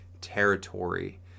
territory